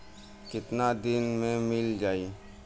कितना दिन में मील जाई?